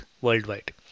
worldwide